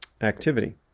activity